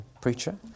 preacher